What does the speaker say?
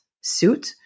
suit